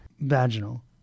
Vaginal